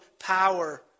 power